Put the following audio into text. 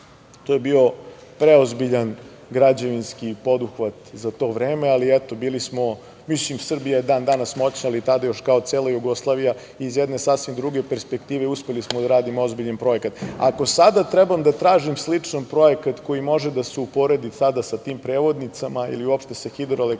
to je bio preozbiljan građevinski poduhvat za to vreme, ali eto bili smo, Srbija je dan danas moćna, ali tada kao cela Jugoslavija, iz jedne sasvim druge perspektive, uspeli smo da radimo ozbiljan projekat. Ako sada treba da tražim sličan projekat koji može da se uporedi sada sa tim predvodnicama ili uopšte sa hidroelektranom,